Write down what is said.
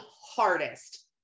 hardest